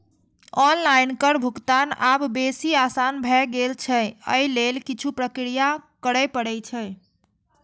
online कर भुगतान आब बेसी आसान भए गेल छै, अय लेल किछु प्रक्रिया करय पड़ै छै